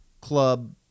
club